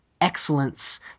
excellence